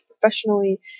professionally